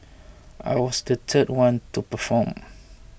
I was the third one to perform